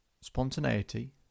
spontaneity